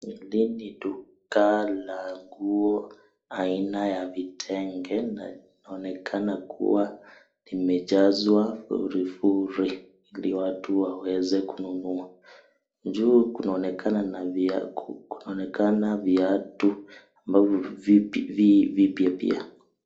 Hili ni duka la nguo aina ya vitenge na linaonekana kua limejazwa furifuri il iwatu waweze kununua, juu kunaonekana viatu ambavyo vi vipya pia.